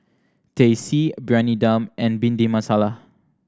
Teh C Briyani Dum and Bhindi Masala